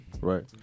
Right